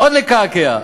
עוד לקעקע.